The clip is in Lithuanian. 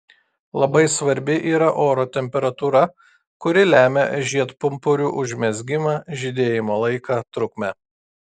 labai svarbi yra oro temperatūra kuri lemia žiedpumpurių užmezgimą žydėjimo laiką trukmę